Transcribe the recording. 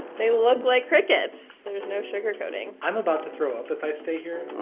they look like crickets. there's no sugar coating i'm about to throw up if i stay here